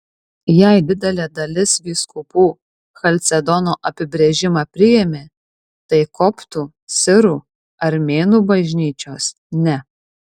jei didelė dalis vyskupų chalcedono apibrėžimą priėmė tai koptų sirų armėnų bažnyčios ne